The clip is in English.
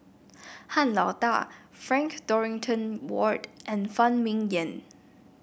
Han Lao Da Frank Dorrington Ward and Phan Ming Yen